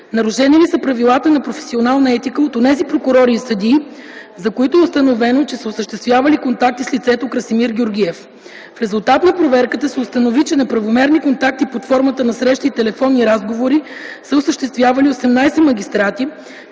нарушени ли са правилата на професионална етика от онези прокурори и съдии, за които е установено, че са осъществявали контакти с лицето Красимир Георгиев. В резултат на проверката се установи, че неправомерни контакти под формата на срещи и телефонни разговори са осъществявали 18 магистрати,